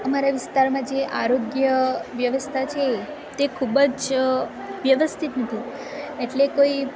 અમારા વિસ્તારમાં જે આરોગ્ય વ્યવસ્થા છે તે ખૂબ જ વ્યવસ્થિત નથી એટલે કોઈ